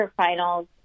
quarterfinals